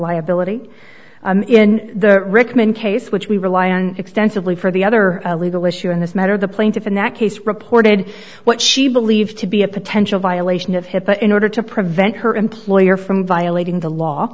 liability in the rickman case which we rely on extensively for the other legal issue in this matter the plaintiff in that case reported what she believed to be a potential violation of hipaa in order to prevent her employer from violating the law